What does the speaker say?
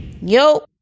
Yo